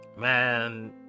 Man